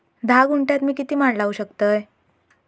धा गुंठयात मी किती माड लावू शकतय?